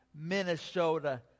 Minnesota